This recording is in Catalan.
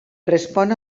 respon